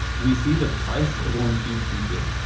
we see the price of orange juice futures,